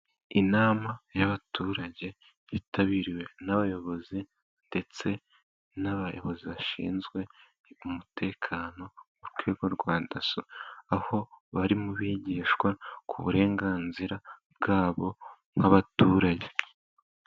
Inama y'abaturage, yitabiriwe n'abayobozi ndetse n'abayobozi bashinzwe umutekano mu rwego rwa daso, aho barimo bigishwa ku burenganzira bwabo nk'abaturage.